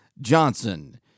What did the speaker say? Johnson